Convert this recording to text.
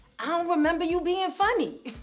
i don't remember you being funny.